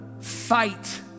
fight